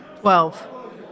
Twelve